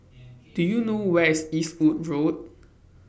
Do YOU know Where IS Eastwood Road